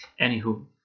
Anywho